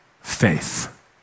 faith